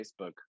Facebook